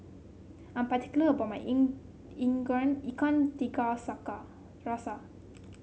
I'm particular about my ikan tiga saca rasa